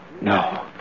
No